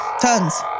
Tons